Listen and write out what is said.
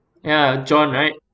ya john right